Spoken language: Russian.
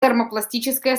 термопластическая